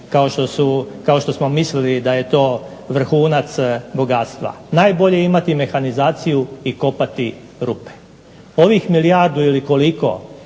kao što smo mislili da je to vrhunac bogatstva. Najbolje je imati mehanizaciju i kopati rupe. Ovih milijardu ili koliko